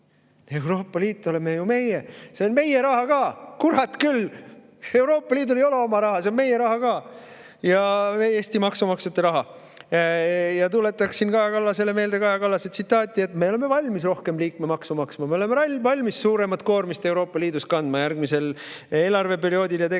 Euroopa Liit, see oleme ju meie! See on meie raha ka! Kurat küll! Euroopa Liidul ei ole oma raha, see on meie raha ka, Eesti maksumaksjate raha. Tuletaksin Kaja Kallasele meelde Kaja Kallase tsitaati, et me oleme valmis rohkem liikmemaksu maksma, me oleme valmis suuremat koormist Euroopa Liidus kandma järgmisel eelarveperioodil ja tegelikult